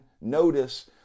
notice